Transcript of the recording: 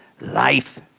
life